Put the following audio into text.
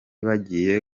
bagiye